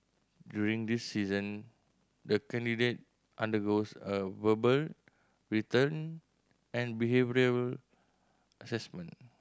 during this season the candidate undergoes a verbal written and behavioural assessment